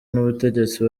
n’ubutegetsi